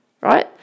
right